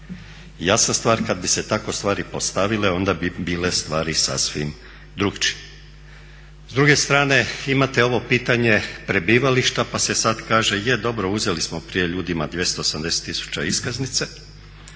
Jasna stvar kad bi se tako stvari postavile onda bi bile stvari sasvim drukčije. S druge strane, imate ovo pitanje prebivališta pa se sad kaže je, dobro, uzeli smo prije ljudima 280 000 iskaznice